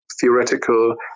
theoretical